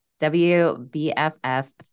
WBFF